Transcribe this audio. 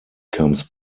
comes